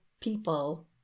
people